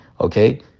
okay